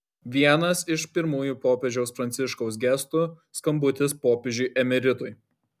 vienas iš pirmųjų popiežiaus pranciškaus gestų skambutis popiežiui emeritui